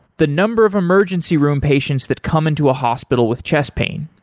the number of emergency room patients that come into a hospital with chest pain,